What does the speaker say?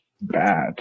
Bad